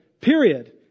period